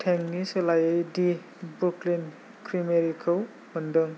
तेंनि सोलायै the Brooklyn क्रिमेरिखौ मोन्दों